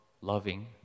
loving